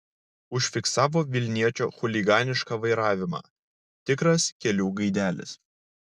užfiksavo vilniečio chuliganišką vairavimą tikras kelių gaidelis